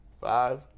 Five